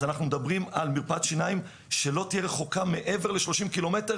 אז אנחנו מדברים על מרפאת שיניים שלא תהיה רחוקה מעבר ל-30 קילומטר.